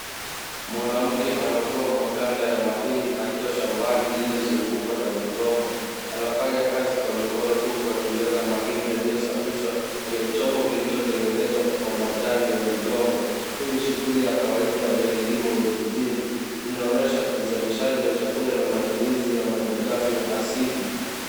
Mwanamke anavua maganda ya mahindi akiwa shambani lililozungukwa na migomba anafanya kazi kwa mikono huku akiweka mahindi yaliyosafishwa kwenye chombo kilichotengenezwa kwa majani ya migomba, hii ni shughuli ya kawaida kilimo kijijini inaonyesha uzalishaji wa chakula na mali ghafi ya asili.